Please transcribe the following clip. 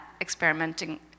experimenting